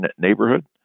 neighborhood